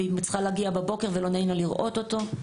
והיא צריכה להגיע בבוקר ולא נעים לה לראות אותו.